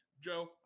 Joe